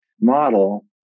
model